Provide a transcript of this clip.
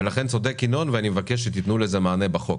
לכן צודק ינון ואני מבקש שתיתנו לזה מענה בחוק,